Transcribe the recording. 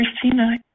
Christina